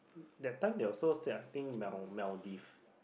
that time they also said I think mal~ Maldives